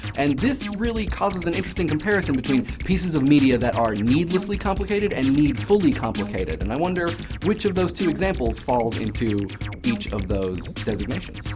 and this really causes an interesting comparison between pieces of media that are needlessly complicated and needfully complicated. and i wonder which of those two examples falls into each of those designations.